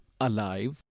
alive